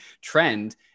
trend